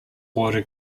water